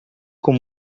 com